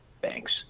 banks